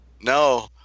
No